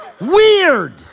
Weird